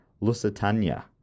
Lusitania